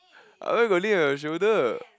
I where got lean on your shoulder